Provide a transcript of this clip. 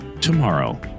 tomorrow